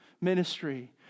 ministry